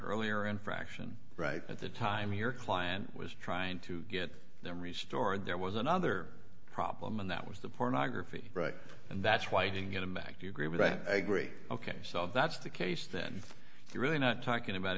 earlier infraction right at the time your client was trying to get them re stored there was another problem and that was the pornography right and that's why i didn't get him back to agree with i agree ok so that's the case then he really not talking about